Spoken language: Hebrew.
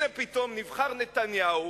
הנה פתאום נבחר נתניהו,